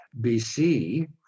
BC